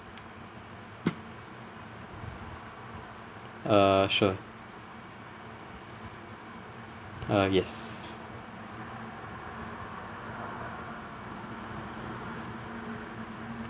uh sure ah yes